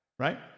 Right